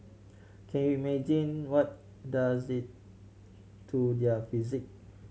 can you imagine what does it to their psyche